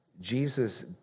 Jesus